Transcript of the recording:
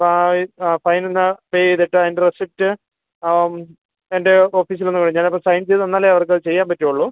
എന്നാൽ ആ ഫൈനിന്ന് പേ ചെയ്തിട്ട് അതിൻ്റെ റെസിപ്റ്റ് ആ എൻ്റെ ഓഫീസിലൊന്ന് വാ ഞാനപ്പോൾ സൈൻ ചെയ്ത് തന്നാലേ അവർക്കത് ചെയ്യാൻ പറ്റൂള്ളൂ